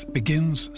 begins